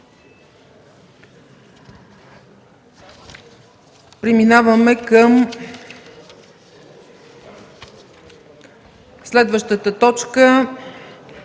Преминаваме към следващата точка: